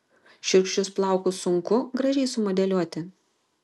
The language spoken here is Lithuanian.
šiurkščius plaukus sunku gražiai sumodeliuoti